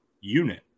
unit